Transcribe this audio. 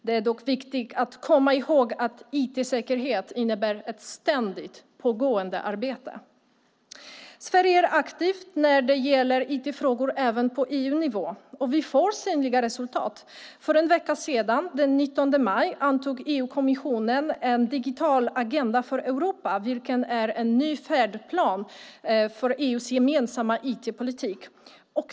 Det är dock viktigt att komma ihåg att IT-säkerhet innebär ett ständigt pågående arbete. Sverige är aktivt när det gäller IT-frågor även på EU-nivå, och vi får synliga resultat. För en vecka sedan, den 19 maj, antog EU-kommissionen en Digital Agenda för Europa, vilken är en ny färdplan för EU:s gemensamma IT-politik.